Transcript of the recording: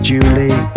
Julie